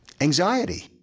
anxiety